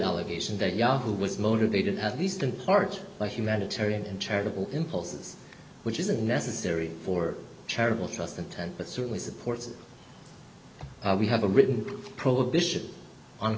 allegation that yahoo was motivated at least in part by humanitarian and charitable impulses which isn't necessary for charitable trust intent but certainly supports we have a written prohibition on